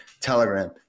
Telegram